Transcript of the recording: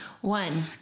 One